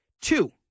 Two